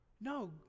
No